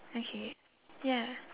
okay ya